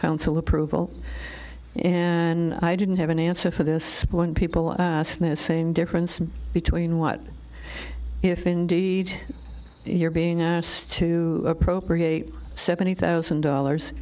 council approval and i didn't have an answer for this one people asked this same difference between what if indeed you're being asked to appropriate seventy thousand dollars